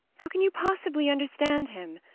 how can you possibly understand him?